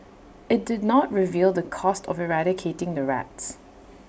IT did not reveal the cost of eradicating the rats